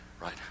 Right